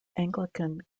anglican